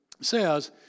says